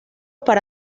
para